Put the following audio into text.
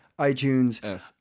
iTunes